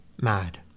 mad